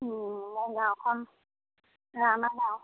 মোৰ গাঁওখন ৰাণা গাঁও